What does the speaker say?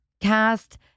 cast